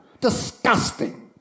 Disgusting